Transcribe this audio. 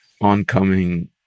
oncoming